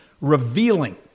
revealing